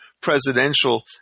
presidential